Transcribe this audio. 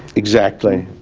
exactly,